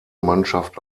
mannschaft